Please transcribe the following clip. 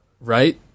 Right